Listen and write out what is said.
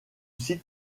site